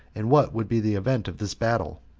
and what would be the event of this battle.